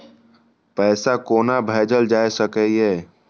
पैसा कोना भैजल जाय सके ये